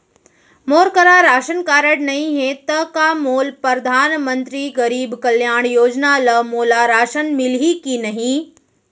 मोर करा ration card नहीं है त का मोल परधानमंतरी गरीब कल्याण योजना ल मोला राशन मिलही कि नहीं?